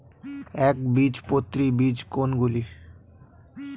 একবীজপত্রী বীজ কোন গুলি?